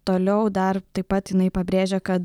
toliau dar taip pat jinai pabrėžia kad